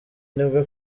nibwo